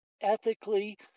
ethically